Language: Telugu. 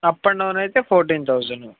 అప్ అండ్ డౌన్ అయితే ఫోర్టీన్ థౌసండ్